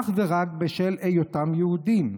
אך ורק בשל היותם יהודים.